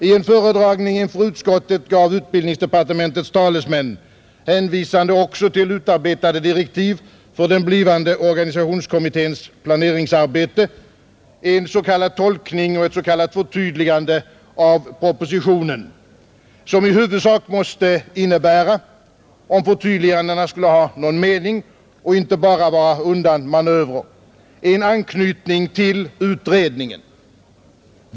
I en föredragning inför utskottet gav utbildningsdepartementets talesmän, hänvisande också till utarbetade direktiv för den blivande organisationskommitténs planeringsarbete, en s.k. tolkning och ett s.k. förtydligande av propositionen. Om förtydligandet skulle ha någon mening och inte bara vara en undanmanöver måste det i huvudsak innebära en anknytning till utredningen.